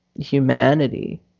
humanity